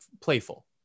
playful